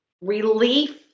relief